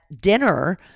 dinner